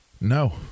No